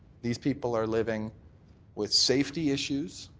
these people are living with safety issues,